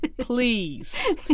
please